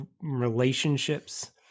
relationships